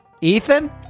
Ethan